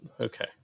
Okay